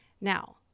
Now